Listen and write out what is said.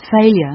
failure